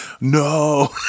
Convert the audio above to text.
no